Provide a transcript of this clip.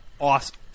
Awesome